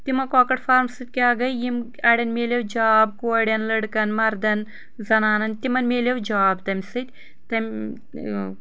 تمو کۄکر فارم سۭتۍ کیٛاہ گٔے اڑٮ۪ن مِلیو جاب کورٮ۪ن لڑکن مردن زنانن تمن مِلیو جاب تمہِ سۭتۍ